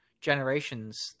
generations